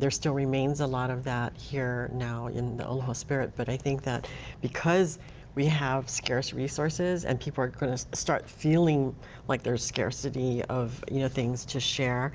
there still remains a lot of that here now in aloha spirit. but i think that because we have scarce resources and people are going to start feeling like there's scarcity of you know things to share,